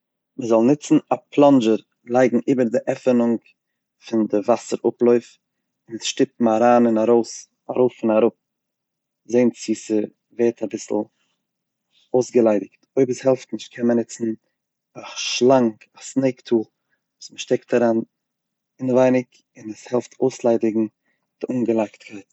מ'זאל נוצן א פלאנדזשער, לייגן איבער די עפענונג פון די וואסער אפלויף, און עס שטופן אריין און ארויס, ארויף און אראפ, זען צו עס ווערט אביסל אויסגעליידיגט, אויב עס העלפט נישט, קען מען נוצן א שלאנג - א סנעיק טול וואס מען שטעקט אריין אינעווייניג און עס העלפט אויסליידיגן די אנגעלייגטקייט.